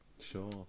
Sure